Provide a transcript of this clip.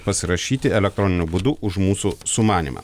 pasirašyti elektroniniu būdu už mūsų sumanymą